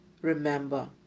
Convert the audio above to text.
remember